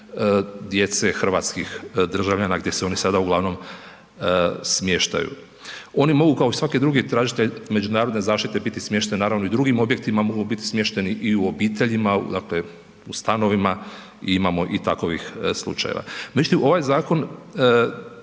djece hrvatskih državljana gdje se oni sada uglavnom smještaju. Oni mogu kao svaki drugi tražitelj međunarodne zaštite biti smješteni i u drugim objektima, mogu biti smješteni i u obiteljima u stanovima, imamo i takovih slučajeva. Međutim, ovaj zakon